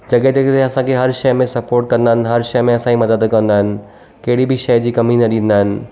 secretary बि असांखे हर शइ में स्पोर्ट कंदा आहिनि हर शइ में असांजी मदद कंदा आहिनि कहिड़ी बि शइ जी कमी न ॾींदा आहिनि